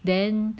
then